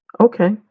Okay